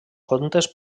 contes